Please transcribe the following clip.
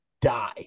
die